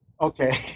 Okay